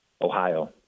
Ohio